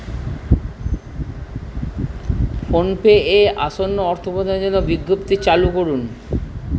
PhonePe এ আসন্ন অর্থ প্রদানের জন্য বিজ্ঞপ্তি চালু করুন